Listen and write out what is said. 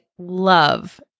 love